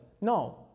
No